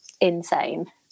insane